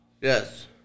Yes